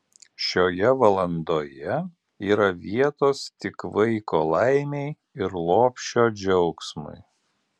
šioje valandoje yra vietos tik vaiko laimei ir lopšio džiaugsmui